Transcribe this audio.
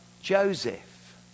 Joseph